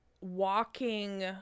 walking